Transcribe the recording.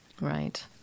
Right